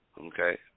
Okay